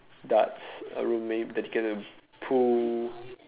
darts a room may dedicate to pool